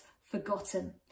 forgotten